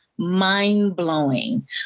mind-blowing